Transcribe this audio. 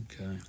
Okay